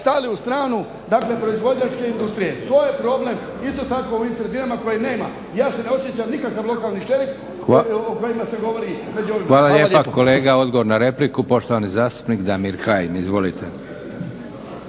stali u stranu takve proizvođačke industrije. To je problem, isto tako … koje nema. Ja se ne osjećam nikakav lokalni šerif… **Leko, Josip (SDP)** Hvala lijepa